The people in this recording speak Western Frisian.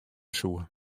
soe